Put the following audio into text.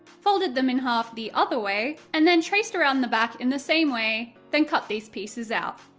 folded them in half the other way, and then traced around the back in the same way, then cut these pieces out.